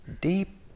deep